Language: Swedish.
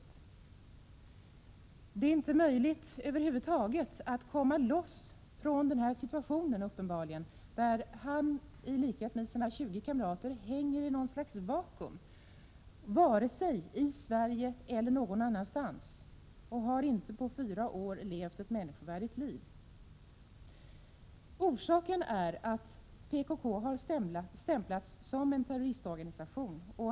Det är uppenbarligen inte möjligt — vare sig i Sverige eller någon annanstans — att över huvud taget komma loss från den här situationen, där han i likhet med sina 20 kamrater hänger i något slags vakuum och på fyra år inte har levt ett människovärdigt liv. Orsaken är att PKK har stämplats som en terroristorganisation.